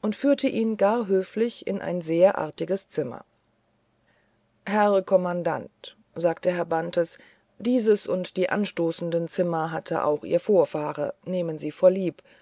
und führte ihn gar höflich in ein sehr artiges zimmer herr kommandant sagte herr bantes dieses und die anstoßenden zimmer hatte auch ihr herr vorfahre nehmen sie vorlieb